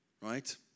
right